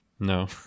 No